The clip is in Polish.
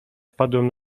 wpadłem